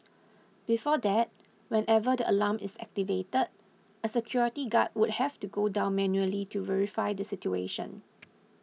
before that whenever the alarm is activated a security guard would have to go down manually to verify the situation